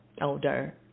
older